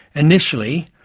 initially,